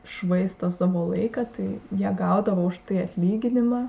švaisto savo laiką tai jie gaudavo už tai atlyginimą